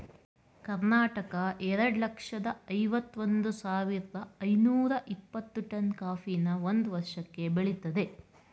ಕರ್ನಾಟಕ ಎರಡ್ ಲಕ್ಷ್ದ ಐವತ್ ಒಂದ್ ಸಾವಿರ್ದ ಐನೂರ ಇಪ್ಪತ್ತು ಟನ್ ಕಾಫಿನ ಒಂದ್ ವರ್ಷಕ್ಕೆ ಬೆಳಿತದೆ